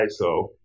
ISO